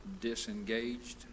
disengaged